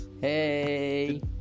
Hey